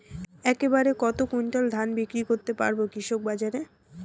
এক বাড়ে কত কুইন্টাল ধান বিক্রি করতে পারবো কৃষক বাজারে?